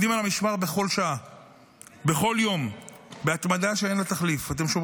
אנחנו מבינים היטב שהמשימות שאתם לוקחים על עצמכם הן רבות ומשמעותיות,